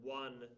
one